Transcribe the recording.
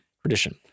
Tradition